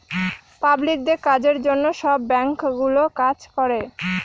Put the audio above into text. পাবলিকদের কাজের জন্য সব ব্যাঙ্কগুলো কাজ করে